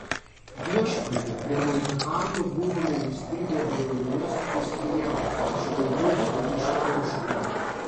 viešpatie prie monte karlo buvome įstrigę bjaurioje spūstyje aš tuoj mirsiu iš troškulio